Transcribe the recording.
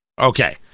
Okay